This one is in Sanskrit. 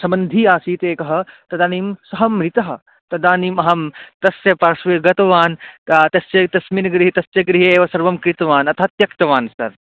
सम्बन्धिरासीत् एकः तदानीं सः म्रितः तदानीम् अहं तस्य पार्श्वे गतवान् तस्य तस्मिन् गृहे तस्य गृहे एव सर्वं क्रितवान् अतः त्यक्तवान् सर्